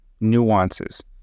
nuances